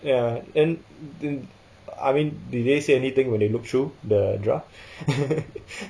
ya and I mean did they say anything when they look through the draft